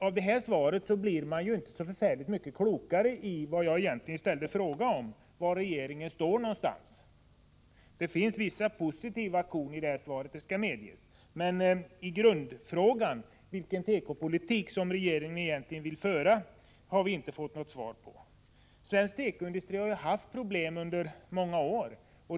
Av detta svar blir man inte så mycket klokare när det gäller vad jag egentligen har frågat om, nämligen var regeringen står. Det finns vissa positiva korn i svaret, det skall medges. På grundfrågan, om vilken tekopolitik som regeringen vill föra, har jag emellertid inte fått något svar. Svensk tekoindustri har haft problem under många år.